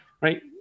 right